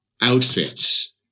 outfits